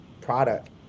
product